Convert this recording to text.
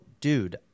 dude